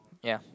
ya